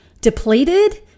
depleted